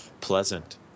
pleasant